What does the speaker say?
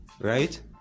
right